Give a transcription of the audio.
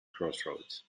crossroads